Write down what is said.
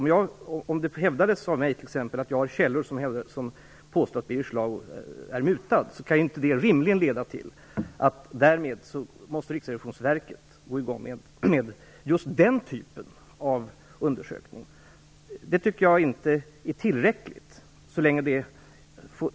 Om jag t.ex. hävdar att jag har källor som påstår att Birger Schlaug är mutad kan det rimligen inte leda till att Riksrevisionsverket därmed går igång med den typen av undersökning. Jag tycker inte att en anonym uppgift är tillräckligt.